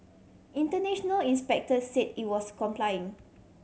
international inspector said it was complying